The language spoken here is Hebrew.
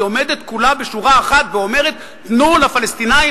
היא עומדת כולה בשורה אחת ואומרת: תנו לפלסטינים